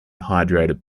hydrated